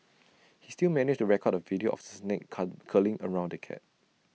he still managed record A video of the snake curling around the cat